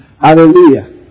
Hallelujah